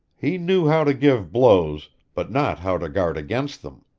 he knew how to give blows, but not how to guard against them.